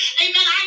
amen